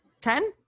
ten